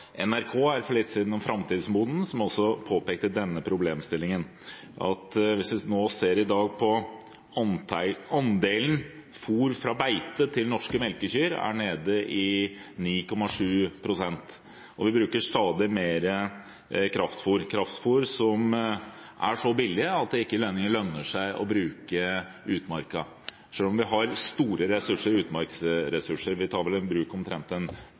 NRK for litt siden, om framtidsbonden, som også påpekte denne problemstillingen. Om en i dag ser på andelen fôr fra beite til norske melkekyr, er den nede i 9,7 pst., og vi bruker stadig mer kraftfôr, kraftfôr som er så billig at det ikke lenger lønner seg å bruke utmarka, selv om vi har store utmarksressurser. Vi tar vel i bruk omtrent